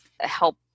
help